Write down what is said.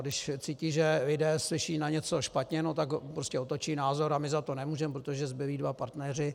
Když cítí, že lidé slyší na něco špatně, no tak prostě otočí názor a my za to nemůžeme, protože zbylí dva partneři...